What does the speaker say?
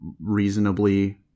reasonably